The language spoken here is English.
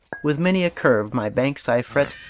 with many a curve my banks i fret,